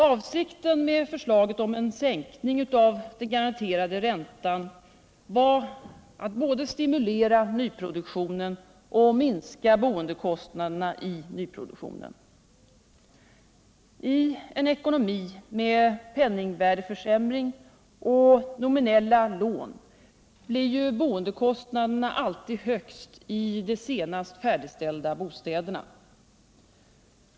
Avsikten med förslaget om en sänkning av den garanterade räntan var att både stimulera nyproduktionen och minska boendekostnaderna i nyproduktionen. I en ekonomi med penningvärdeförsämring och nominella lån blir ju boendekostnaderna alltid högst i de senast färdigställda bostäderna.